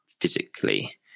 physically